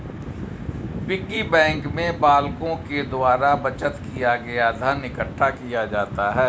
piggy bank में बालकों के द्वारा बचत किया गया धन इकट्ठा किया जाता है